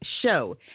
Show